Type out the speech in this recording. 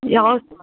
ए हवस्